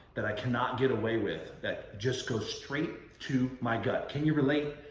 that i cannot get away with that just goes straight to my gut. can you relate?